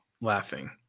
laughing